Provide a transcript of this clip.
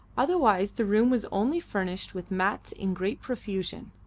otherwise the room was only furnished with mats in great profusion.